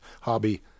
hobby